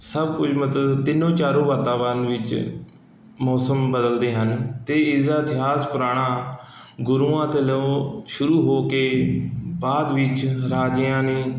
ਸਭ ਕੁਝ ਮਤਲਬ ਤਿੰਨੋ ਚਾਰੋ ਵਾਤਾਵਰਨ ਵਿੱਚ ਮੌਸਮ ਬਦਲਦੇ ਹਨ ਅਤੇ ਇਸਦਾ ਇਤਿਹਾਸ ਪੁਰਾਣਾ ਗੁਰੂਆਂ ਤੋਂ ਲਓ ਸ਼ੁਰੂ ਹੋ ਕੇ ਬਾਅਦ ਵਿੱਚ ਰਾਜਿਆਂ ਨੇ